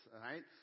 right